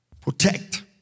protect